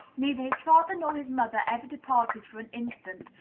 neither his father nor his mother ever departed for an instant,